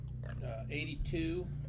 82